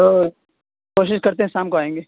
تو کوشش کرتے ہیں شام کو آئیں گے